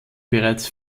bereits